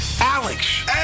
Alex